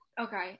Okay